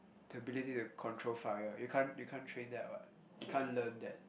the ability to control fire you can't you can't train that what you can't learn that